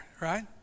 right